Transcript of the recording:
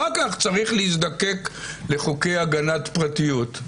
אחר כך צריך להזדקק לחוקי הגנת פרטיות.